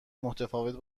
متفاوت